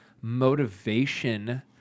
motivation